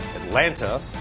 Atlanta